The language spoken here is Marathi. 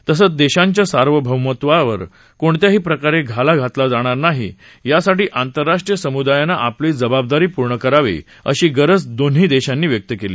तसंच देशांच्या सार्वभौमत्वावर कोणत्याही प्रकारे घाला घातला जाणार नाही यासाठी आंतरराष्ट्रीय सम्दायानं आपली जबाबदारी पूर्ण करावी अशी गरज दोन्ही देशांनी व्यक्त केली